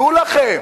דעו לכם,